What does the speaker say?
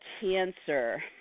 cancer